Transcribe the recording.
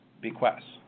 bequests